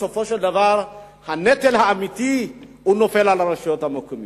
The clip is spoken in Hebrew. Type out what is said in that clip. בסופו של דבר הנטל האמיתי נופל על הרשויות המקומיות.